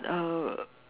uh